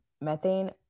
methane